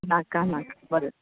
नाका नाका बरें